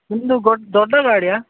ನಿಮ್ಮದು ಗೊ ದೊಡ್ಡ ಗಾಡಿಯ